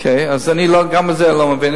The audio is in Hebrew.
אוקיי, אז אני גם בזה לא מבין.